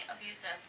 abusive